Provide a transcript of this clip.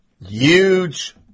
Huge